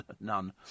None